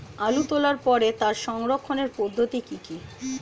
আলু তোলার পরে তার সংরক্ষণের পদ্ধতি কি কি?